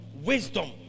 wisdom